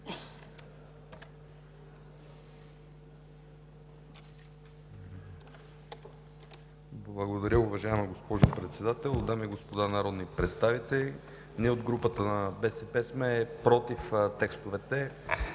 Благодаря, уважаема госпожо Председател. Дами и господа народни представители, от групата на БСП сме против текстовете